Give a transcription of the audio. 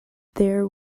there